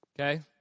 Okay